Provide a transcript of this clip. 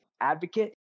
advocate